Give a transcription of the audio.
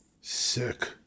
Sick